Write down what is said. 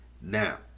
Now